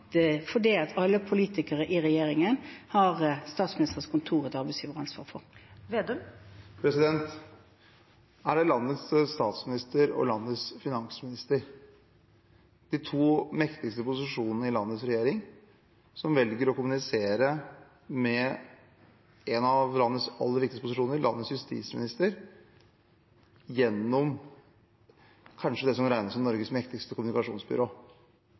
er landets statsminister og landets finansminister, de to mektigste posisjonene i landets regjering, som velger å kommunisere med en av landets aller viktigste posisjoner, landets justisminister, gjennom det som regnes som Norges kanskje mektigste kommunikasjonsbyrå.